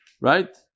right